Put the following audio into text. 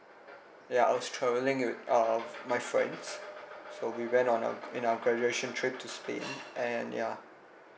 ya I was travelling with uh my friends so we went on a in our graduation trip to spain and yeah